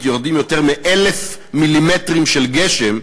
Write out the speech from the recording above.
יורדים יותר מ-1,000 מילימטרים של גשם,